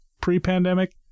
pre-pandemic